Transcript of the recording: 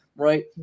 right